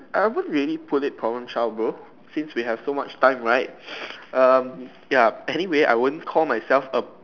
I haven't really put it problem child bro since we have so much time right um ya anyway I won't call myself a